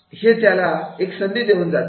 हे त्याला एक संधी देऊन जाते